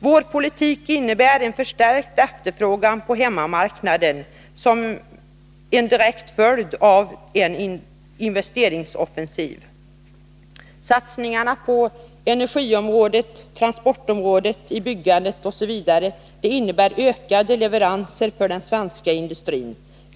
Vår politik innebär en förstärkt efterfrågan på hemmamarknaden som en direkt följd av den investeringsoffensiven. Satsningarna på energiområdet, transportområdet, i byggandet osv. innebär ökade leveranser för den svenska industrin.